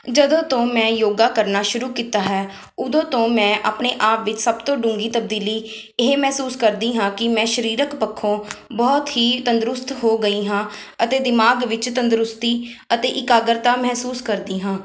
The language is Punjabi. ਜਦੋਂ ਤੋਂ ਮੈਂ ਯੋਗਾ ਕਰਨਾ ਸ਼ੁਰੂ ਕੀਤਾ ਹੈ ਉਦੋਂ ਤੋਂ ਮੈਂ ਆਪਣੇ ਆਪ ਵਿੱਚ ਸਭ ਤੋਂ ਡੂੰਗੀ ਤਬਦੀਲੀ ਇਹ ਮਹਿਸੂਸ ਕਰਦੀ ਹਾਂ ਕਿ ਮੈਂ ਸਰੀਰਕ ਪੱਖੋਂ ਬਹੁਤ ਹੀ ਤੰਦਰੁਸਤ ਹੋ ਗਈ ਹਾਂ ਅਤੇ ਦਿਮਾਗ਼ ਵਿੱਚ ਤੰਦਰੁਸਤੀ ਅਤੇ ਇਕਾਗਰਤਾ ਮਹਿਸੂਸ ਕਰਦੀ ਹਾਂ